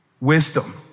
wisdom